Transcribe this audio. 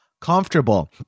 comfortable